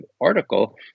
article